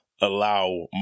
allow